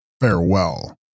Farewell